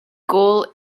gall